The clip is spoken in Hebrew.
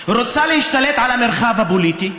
רוצה להשתלט על המרחב הפוליטי,